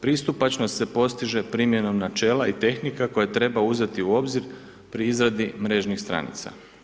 Pristupačnost se postiže primjenom načela i tehnika koje treba uzeti u obzir pri izradi mrežnih stranica.